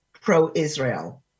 pro-Israel